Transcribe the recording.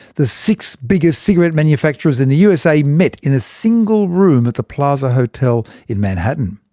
the six biggest cigarette manufacturers in the usa met in a single room at the plaza hotel in manhattan.